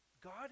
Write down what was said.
God